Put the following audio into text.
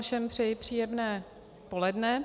Všem přeji příjemné poledne.